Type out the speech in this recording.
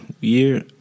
year